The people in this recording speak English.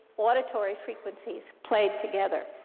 auditory frequencies, played together.